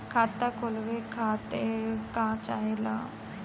खाता खोले खातीर का चाहे ला?